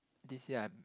this year I